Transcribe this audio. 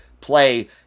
play